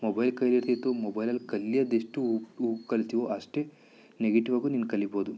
mobile ಕೈಯಲ್ಲಿದ್ದು ಮೊಬೈಲಲ್ಲಿ ಕಲಿಯೋದು ಎಷ್ಟು ಕಲಿತೆವು ಅಷ್ಟೇ ನೆಗೆಟಿವಾಗು ನೀನು ಕಲಿಬೋದು